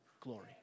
glory